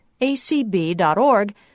acb.org